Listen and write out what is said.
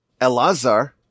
Elazar